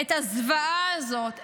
את הזוועה הזאת,